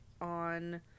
on